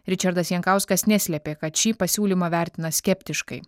ričardas jankauskas neslėpė kad šį pasiūlymą vertina skeptiškai